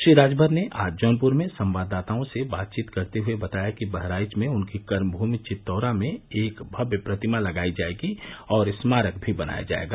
श्री राजभर ने आज जौनप्र में संवाददाताओं से बातचीत करते हये बताया कि बहराइच में उनकी कर्मभुमि चित्तौरा में एक भव्य प्रतिमा लगायी जायेगी और स्मारक भी बनाया जायेगा